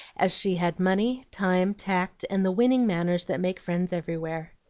as she had money, time, tact, and the winning manners that make friends everywhere.